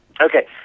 Okay